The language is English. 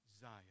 Zion